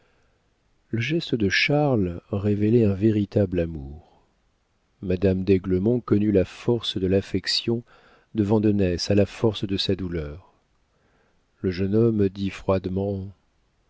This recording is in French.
geste de charles révélait un véritable amour madame d'aiglemont connut la force de l'affection de vandenesse à la force de sa douleur le jeune homme dit froidement